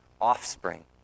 offspring